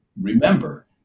remember